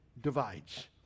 divides